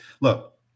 look